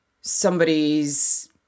somebody's